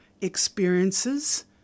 experiences